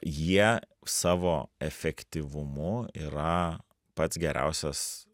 jie savo efektyvumu yra pats geriausias